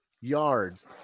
yards